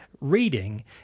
reading